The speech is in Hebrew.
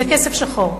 זה כסף שחור.